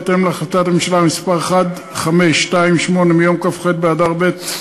בהתאם להחלטת ממשלה מס' 1528 מיום כ"ח באדר ב'